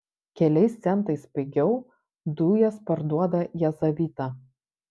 keliais centais pigiau dujas parduoda jazavita